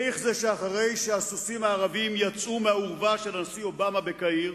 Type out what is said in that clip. איך זה שאחרי שהסוסים הערבים יצאו מהאורווה של הנשיא אובמה בקהיר,